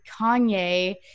Kanye